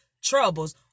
troubles